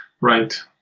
Right